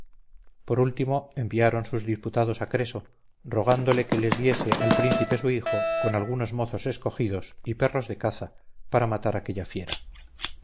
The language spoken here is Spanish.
por último enviaron sus diputados a creso rogándolo que los diese al príncipe su hijo con algunos mozos escogidos y perros de caza para matar aquella fiera